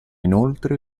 inoltre